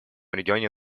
регионе